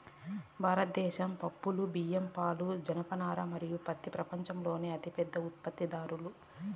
భారతదేశం పప్పులు, బియ్యం, పాలు, జనపనార మరియు పత్తి ప్రపంచంలోనే అతిపెద్ద ఉత్పత్తిదారు